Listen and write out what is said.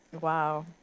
Wow